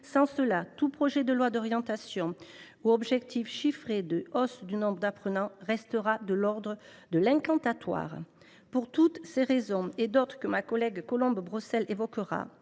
À défaut, tout projet de loi d’orientation ou objectif chiffré de hausse du nombre d’apprenants restera de l’ordre de l’incantation. Pour toutes ces raisons, ainsi que pour d’autres, que ma collègue Colombe Brossel évoquera,